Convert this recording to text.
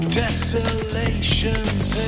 desolation's